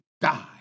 die